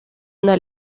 una